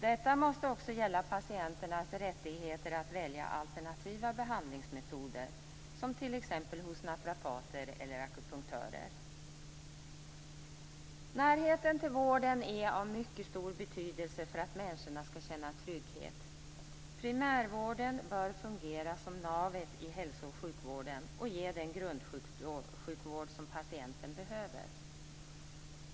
Detta måste också gälla patienternas rättigheter att välja alternativa behandlingsmetoder, t.ex. hos naprapater och akupunktörer. Närheten till vården är av mycket stor betydelse för att människorna skall känna trygghet. Primärvården bör fungera som navet i hälso och sjukvården och ge den grundsjukvård som patienten behöver.